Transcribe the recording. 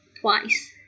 twice